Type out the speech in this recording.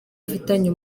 afitanye